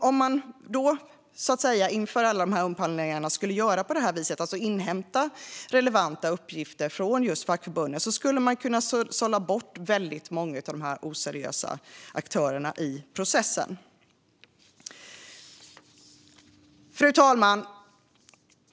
Om myndigheterna inför varje upphandling skulle göra på detta sätt, alltså inhämta relevanta uppgifter från fackförbunden, skulle de kunna sålla bort väldigt många oseriösa aktörer i processen. Fru talman!